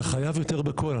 אתה חייב יותר בקול,